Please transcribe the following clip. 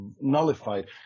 nullified